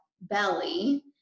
belly